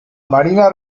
marina